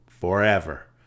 forever